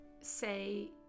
say